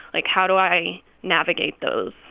like, how do i navigate those?